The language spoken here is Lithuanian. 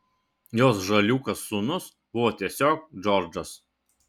jos žaliūkas sūnus buvo tiesiog džordžas